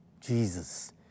Jesus